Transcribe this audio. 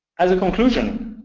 as a conclusion,